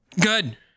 Good